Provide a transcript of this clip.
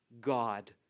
God